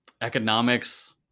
economics